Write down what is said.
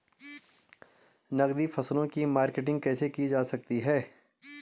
नकदी फसलों की मार्केटिंग कैसे की जा सकती है?